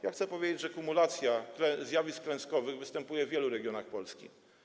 Ja chcę powiedzieć, że kumulacja zjawisk klęskowych występuje w wielu regionach Polski.